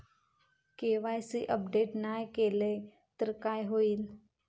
KYC update नाय केलय तर काय होईत?